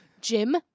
Jim